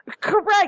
Correct